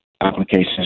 applications